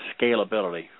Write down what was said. scalability